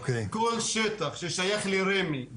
כל שטח ששייך לרמ"י ולהימנותא,